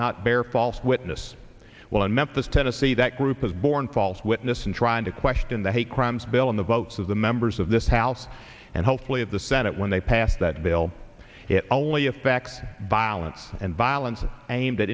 not bear false witness well in memphis tennessee that group was born false witness and trying to question the hate crimes bill in the votes of the members of this house and hopefully of the senate when they pass that bill it only affects violence and violence aimed at